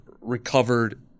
recovered